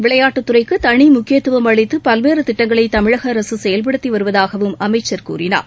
விளையாட்டுத் துறைக்கு தனி முக்கியத்துவம் அளித்து பல்வேறு திட்டங்களை தமிழக அரசு செயல்படுத்தி வருவதாகவும் அமைச்சர் கூறினார்